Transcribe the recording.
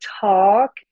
talk